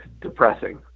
depressing